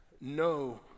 no